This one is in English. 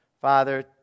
Father